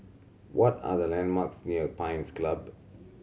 what are the landmarks near Pines Club